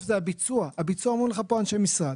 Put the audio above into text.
זה ייטיב עולם כולם,